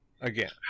again